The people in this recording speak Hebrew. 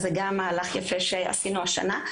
אז זה גם מהלך יפה שעשינו השנה.